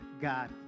God